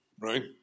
right